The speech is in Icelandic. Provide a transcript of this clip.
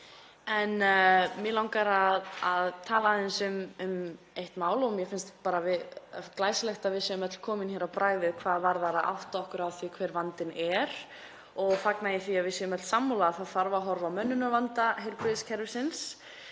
En mig langar að tala aðeins um eitt mál og mér finnst glæsilegt að við séum öll komin á bragðið hvað það varðar að átta okkur á því hver vandinn er. Ég fagna því að við séum öll sammála um að horfa þurfi á mönnunarvanda heilbrigðiskerfisins.